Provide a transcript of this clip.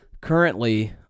currently